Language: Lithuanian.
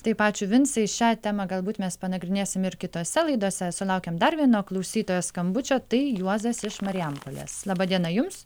taip ačiū vincai šią temą galbūt mes panagrinėsim ir kitose laidose sulaukėm dar vieno klausytojo skambučio tai juozas iš marijampolės laba diena jums